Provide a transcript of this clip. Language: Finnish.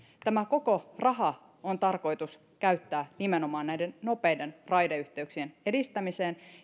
tämä koko raha ja jopa sen päälle on tarkoitus käyttää nimenomaan näiden nopeiden raideyhteyksien edistämiseen